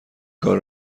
کار